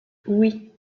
oui